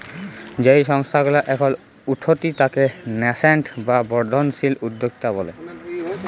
যেই সংস্থা গুলা এখল উঠতি তাকে ন্যাসেন্ট বা বর্ধনশীল উদ্যক্তা ব্যলে